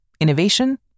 innovation